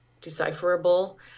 decipherable